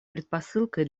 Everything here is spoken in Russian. предпосылкой